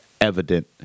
evident